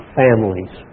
families